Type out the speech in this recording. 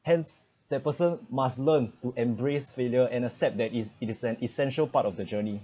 hence the person must learn to embrace failure and except that it's it is an essential part of the journey